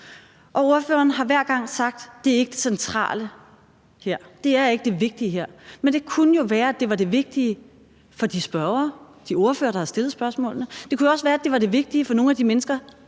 ordføreren har hver gang sagt, at det ikke er det centrale her, det er ikke det vigtige her. Men det kunne jo være, at det var det vigtige for de spørgere, de ordførere, der har stillet spørgsmålene. Det kunne jo også være, at det var det vigtige for nogle af de mennesker,